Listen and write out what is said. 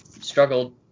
struggled